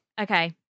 Okay